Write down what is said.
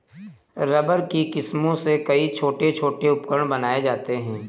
rubber की किस्मों से कई छोटे छोटे उपकरण बनाये जाते हैं